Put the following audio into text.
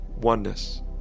oneness